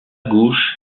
gauche